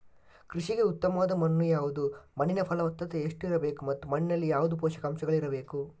ಕೃಷಿಗೆ ಉತ್ತಮವಾದ ಮಣ್ಣು ಯಾವುದು, ಮಣ್ಣಿನ ಫಲವತ್ತತೆ ಎಷ್ಟು ಇರಬೇಕು ಮತ್ತು ಮಣ್ಣಿನಲ್ಲಿ ಯಾವುದು ಪೋಷಕಾಂಶಗಳು ಇರಬೇಕು?